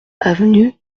avenue